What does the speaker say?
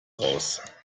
raus